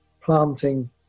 planting